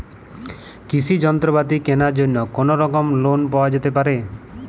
কৃষিযন্ত্রপাতি কেনার জন্য কোনোরকম লোন পাওয়া যেতে পারে?